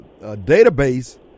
database